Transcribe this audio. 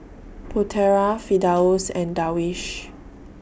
Putera Firdaus and Darwish